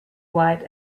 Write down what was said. white